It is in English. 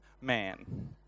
man